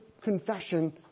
confession